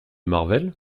marvel